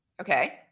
Okay